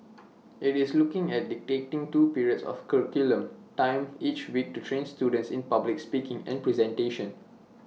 IT is looking at dedicating two periods of curriculum time each week to train students in public speaking and presentation